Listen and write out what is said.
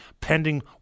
pending